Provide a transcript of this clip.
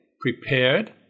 prepared